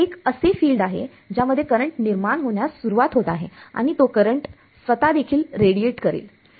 एक असे फील्ड आहे ज्यामध्ये करंट निर्माण होण्यास सुरुवात होत आहे आणि तो करंट देखील स्वतः रेडिएट करेल